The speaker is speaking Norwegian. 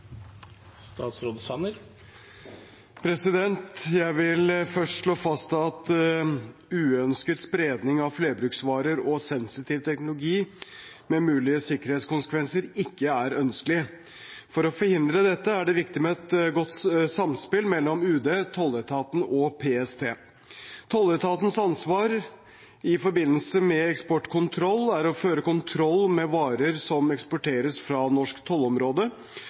ønskelig. For å forhindre dette er det viktig med et godt samspill mellom Utenriksdepartementet, tolletaten og PST. Tolletatens ansvar i forbindelse med eksportkontroll er å føre kontroll med varer som eksporteres fra norsk tollområde,